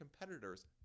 competitors